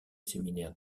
séminaire